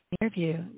interview